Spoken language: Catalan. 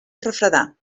refredar